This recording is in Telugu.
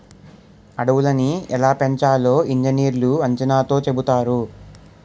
అడవులని ఎలా పెంచాలో ఇంజనీర్లు అంచనాతో చెబుతారు